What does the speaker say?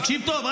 תקשיב טוב.